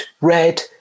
red